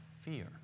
fear